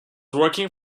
working